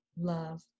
love